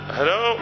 Hello